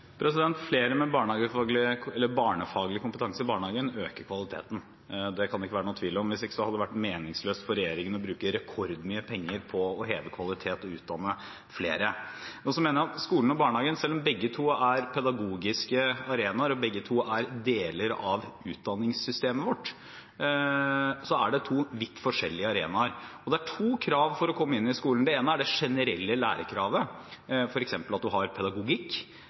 være noen tvil om. Hvis ikke hadde det vært meningsløst for regjeringen å bruke rekordmye penger på å heve kvalitet og utdanne flere. Jeg mener at skolen og barnehagen, selv om begge to er pedagogiske arenaer og begge to er deler av utdanningssystemet vårt, er to vidt forskjellige arenaer. Det er to krav for å komme inn i skolen. Det ene er det generelle lærerkravet, f.eks. at man har pedagogikk.